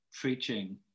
preaching